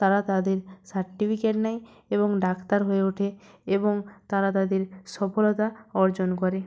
তারা তাদের সার্টিফিকেট নেয় এবং ডাক্তার হয়ে ওঠে এবং তারা তাদের সফলতা অর্জন করে